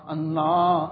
Allah